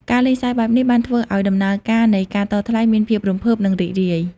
ការលេងសើចបែបនេះ បានធ្វើឲ្យដំណើរការនៃការតថ្លៃមានភាពរំភើប និងរីករាយ។